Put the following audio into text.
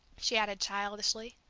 she added childishly.